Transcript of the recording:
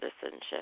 citizenship